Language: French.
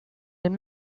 elle